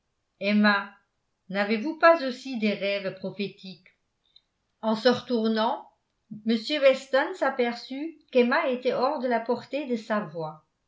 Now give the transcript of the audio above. emma n'avez-vous pas aussi des rêves prophétiques en se retournant m weston s'aperçut qu'emma était hors de la portée de